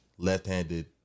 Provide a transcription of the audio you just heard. left-handed